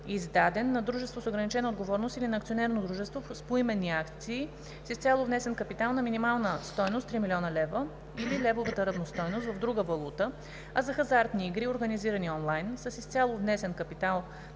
на дружество с ограничена отговорност или на акционерно дружество с поименни акции, с изцяло внесен капитал на минимална стойност 3 000 000 лв. или левовата равностойност в друга валута, а за хазартни игри, организирани онлайн с изцяло внесен капитал на минимална стойност